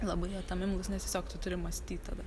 labai jie tam imlūs nes tiesiog tu turi mąstyt tada